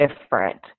different